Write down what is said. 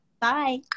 Bye